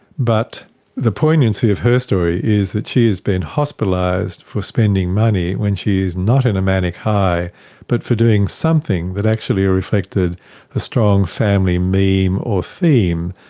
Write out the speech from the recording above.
but the poignancy of her story is that she has been hospitalised for spending money when she is not in a manic high but for doing something that actually reflected a strong family meme or theme.